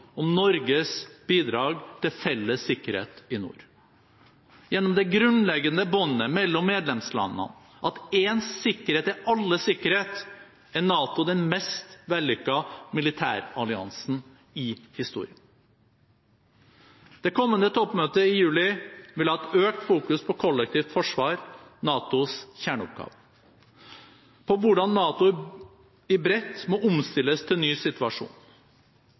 om Norges bidrag til felles sikkerhet i nord. Gjennom det grunnleggende båndet mellom medlemslandene – at éns sikkerhet er alles sikkerhet – er NATO den mest vellykkede militæralliansen i historien. Det kommende toppmøtet i juli vil ha et økt fokus på kollektivt forsvar; NATOs kjerneoppgave – på hvordan NATO i bredt må omstilles til en ny situasjon.